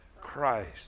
Christ